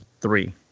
three